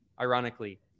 ironically